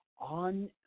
on